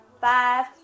five